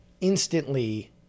instantly